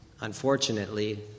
unfortunately